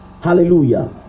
Hallelujah